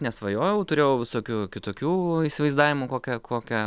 nesvajojau turėjau visokių kitokių įsivaizdavimų kokią kokią